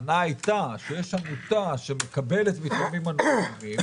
הטענה היתה שיש עמותה שמקבלת מתורמים אנונימיים